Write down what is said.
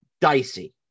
dicey